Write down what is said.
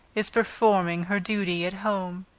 is performing her duty at home.